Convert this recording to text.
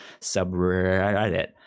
subreddit